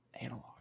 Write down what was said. Analog